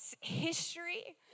history